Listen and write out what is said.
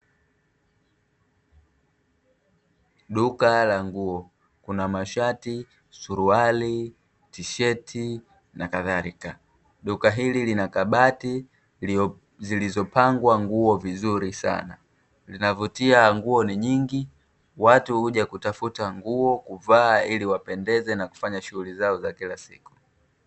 Duka la nguo kuna; masharti, suruali, tisheti na kadhalika. Duka hili lina kabati iliyopangwa nguo vizuri sana, zinavutia, nguo ni nyingi watu huja kutafuta nguo kuvaa ili wapendeze na kufanya shughuli zao za kila siku.